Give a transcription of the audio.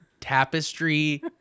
tapestry